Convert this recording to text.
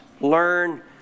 learn